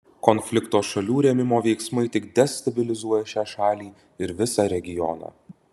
konflikto šalių rėmimo veiksmai tik destabilizuoja šią šalį ir visą regioną